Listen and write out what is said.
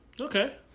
Okay